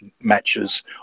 matches